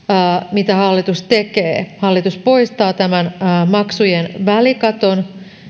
mitä hallitus tekee hallitus poistaa maksujen välikaton